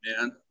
man